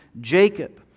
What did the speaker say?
Jacob